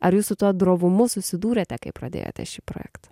ar jūs su tuo drovumu susidūrėte kai pradėjote šį projektą